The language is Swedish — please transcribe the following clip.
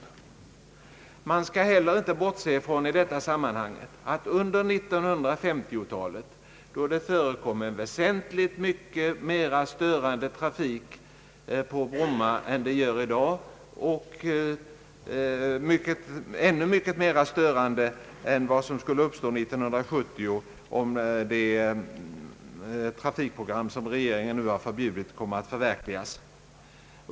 I detta sammanhang skall vi inte bortse från att det under 1950-talet förekom en väsentligt mycket mera störande trafik på Bromma än det gör i dag. Den var ännu mera störande än den trafik som skulle förekomma 1970, om det trafikprogram som regeringen nu har förbjudit skulle komma att förverkligas.